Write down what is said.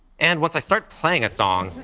and once i start playing a song,